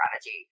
strategy